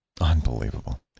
Unbelievable